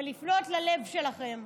לפנות ללב שלכם.